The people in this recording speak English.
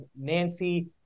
Nancy